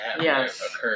Yes